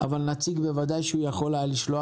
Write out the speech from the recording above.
אבל נציג בוודאי שהוא היה יכול לשלוח.